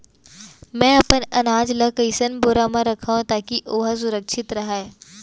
मैं अपन अनाज ला कइसन बोरा म रखव ताकी ओहा सुरक्षित राहय?